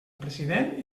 president